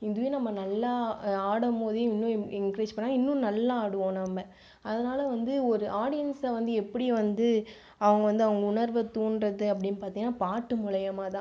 இதுவே நம்ம நல்லா ஆடமோது இன்னும் என்க்ரேஜ் பண்ணால் இன்னும் நல்லா ஆடுவோம் நம்ம அதனால் வந்து ஒரு ஆடியன்ஸை வந்து எப்படி வந்து அவங்க வந்து அவங்க உணர்வை தூண்டுறது அப்படினு பார்த்தீங்கனா பாட்டு மூலிமா தான்